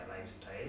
lifestyle